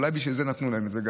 ואולי בשביל זה גם נתנו להם את זה,